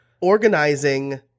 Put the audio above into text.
organizing